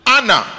Anna